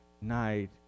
night